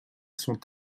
sont